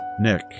Nick